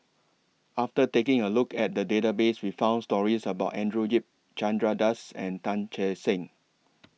after taking A Look At The Database We found stories about Andrew Yip Chandra Das and Tan Che Sang